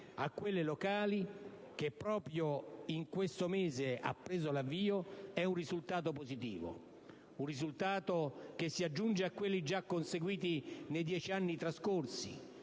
a quelle locali, che proprio in questo mese ha preso l'avvio, è un risultato positivo, un risultato che si aggiunge a quelli già conseguiti nei dieci anni trascorsi: